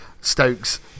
Stokes